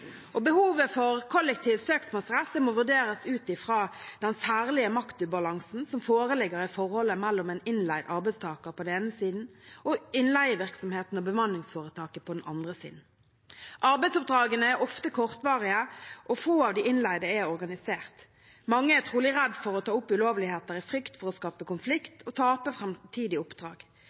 Behovet for kollektiv søksmålsrett må vurderes ut fra den særlige maktubalansen som foreligger i forholdet mellom en innleid arbeidstaker på den ene siden og innleievirksomheten og bemanningsforetaket på den andre siden. Arbeidsoppdragene er ofte kortvarige, og få av de innleide er organisert. Mange er trolig redde for å ta opp ulovligheter i frykt for å skape konflikt og tape framtidige oppdrag.